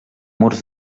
murs